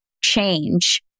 change